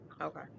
Okay